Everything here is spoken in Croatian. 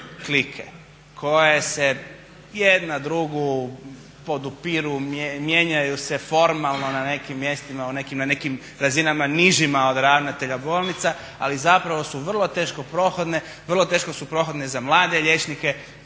koje se jedna drugu podupiru, mijenjaju se formalno na nekim mjestima, na nekim razinama nižima od ravnatelja bolnica, ali zapravo su vrlo teško prohodne, vrlo teško